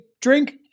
drink